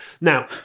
Now